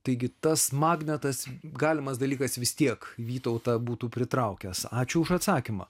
taigi tas magnetas galimas dalykas vis tiek vytautą būtų pritraukęs ačiū už atsakymą